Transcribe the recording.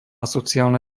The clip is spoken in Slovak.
sociálne